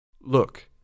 Look